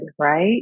right